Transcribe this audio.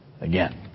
again